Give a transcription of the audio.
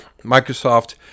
Microsoft